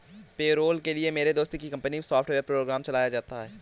payroll के लिए मेरे दोस्त की कंपनी मै सॉफ्टवेयर प्रोग्राम चलाया जाता है